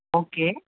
okay